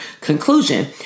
conclusion